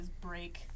break